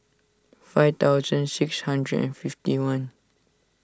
five thousand six hundred and fifty one